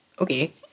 okay